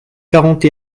quarante